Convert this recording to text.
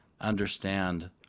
understand